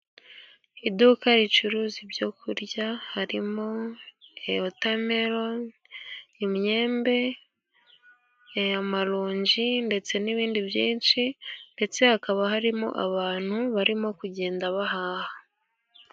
Iduka ricuruza ibyo kurya harimo wotameroni, imyembe, maronji ndetse n'ibindi byinshi, ndetse hakaba harimo abantu barimo kugenda bahaha.